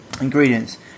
ingredients